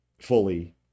fully